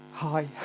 Hi